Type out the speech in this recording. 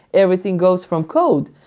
everything goes from code.